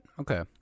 okay